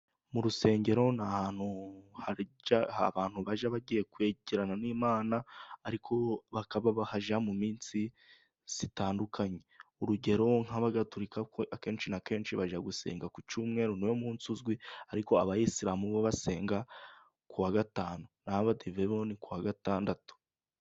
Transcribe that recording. Mu rusengero ni ahantu abantu bajya bagiye kwegerana n'Imana, ariko bakaba bahajya mu minsi itandukanye, urugero nk'abagatorika akenshi na kenshi bajya gusenga ku cyumweru ni wo munsi uzwi, ariko abayisilamu bo basenga ku wa gatanu na ho abadive ni kuwa gatandatu.